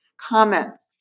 comments